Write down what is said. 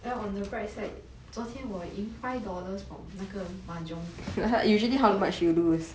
ya on the bright side 昨天我赢 five dollars from 那个 mahjong